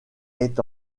est